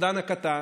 הפחדן הקטן,